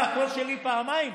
הקול שלי פעמיים?